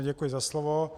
Děkuji za slovo.